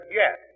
yes